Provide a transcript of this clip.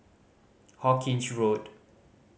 Hawkinge Road